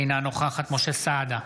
אינה נוכחת משה סעדה,